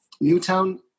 Newtown